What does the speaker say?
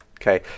Okay